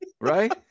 Right